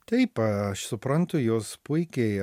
taip aš suprantu juos puikiai